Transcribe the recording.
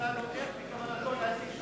איך בכוונתו להשיג שלום.